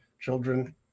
children